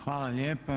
Hvala lijepa.